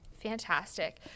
Fantastic